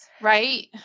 right